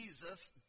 Jesus